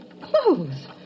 clothes